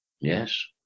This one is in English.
Yes